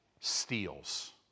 steals